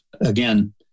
again